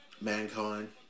Mankind